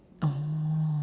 oh